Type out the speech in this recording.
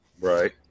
Right